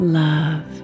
love